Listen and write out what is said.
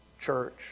church